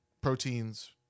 Proteins